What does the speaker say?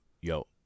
Yo